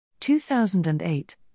2008